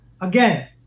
again